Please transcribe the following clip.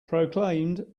proclaimed